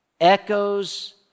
echoes